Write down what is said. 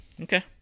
Okay